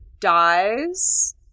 dies